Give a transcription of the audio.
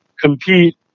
compete